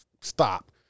stop